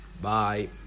bye